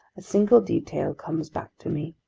a single detail comes back to me.